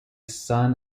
son